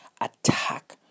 attack